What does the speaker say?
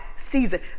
season